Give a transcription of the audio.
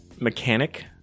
mechanic